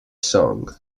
song